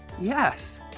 Yes